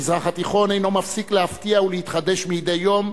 המזרח התיכון אינו מפסיק להפתיע ולהתחדש מדי יום,